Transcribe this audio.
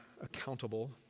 accountable